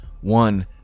one